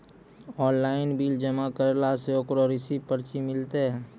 Online bill जमा करला से ओकरौ रिसीव पर्ची मिलतै?